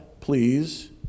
please